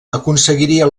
aconseguiria